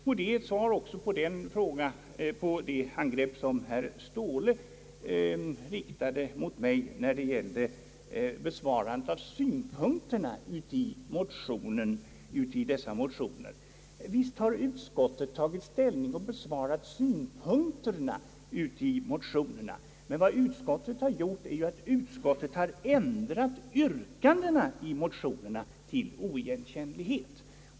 Vad jag nu sagt är också ett svar på det angrepp som herr Ståhle riktade mot mig när det gällde besvarandet av synpunkterna i dessa motioner. Visst har utskottet tagit ställning och besvarat motionärernas synpunkter, men utskottet har dessutom ändrat yrkandena i motionerna till oigenkännlighet.